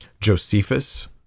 Josephus